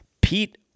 Pete